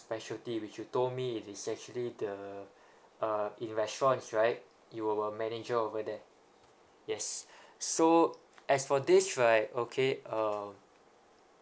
specialty which you told me it is actually the uh in restaurants right you were a manager over there yes so as for this right okay um